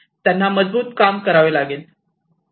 त्यांना मजबूत करावे लागेल